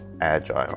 Agile